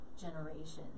generations